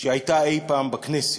שהייתה אי-פעם בכנסת.